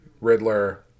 Riddler